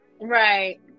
right